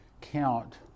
Count